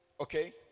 Okay